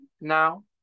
now